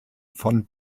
von